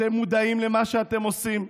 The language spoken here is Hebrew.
אתם מודעים למה שאתם עושים?